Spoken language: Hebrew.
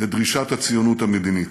לדרישת הציונות המדינית.